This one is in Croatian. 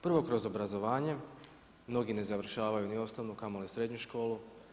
Prvo kroz obrazovanje, mnogi ne završavaju, ni osnovnu a kamo li srednju školu.